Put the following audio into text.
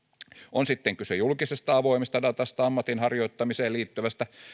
on sitten kyse julkisesta avoimesta datasta ammatinharjoittamiseen liittyvästä